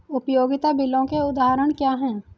उपयोगिता बिलों के उदाहरण क्या हैं?